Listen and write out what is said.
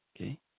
okay